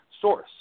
source